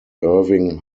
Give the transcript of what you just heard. irving